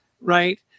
right